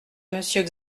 monsieur